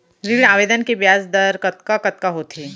ऋण आवेदन के ब्याज दर कतका कतका होथे?